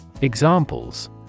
Examples